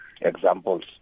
examples